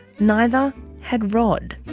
neither had rod.